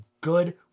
good